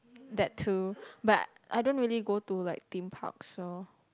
that too but I don't really go to like theme parks so